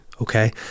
Okay